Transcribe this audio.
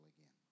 again